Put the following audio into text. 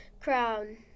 crown